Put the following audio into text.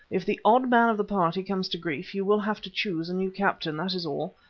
if the odd man of the party comes to grief, you will have to choose a new captain, that is all,